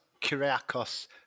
Kyriakos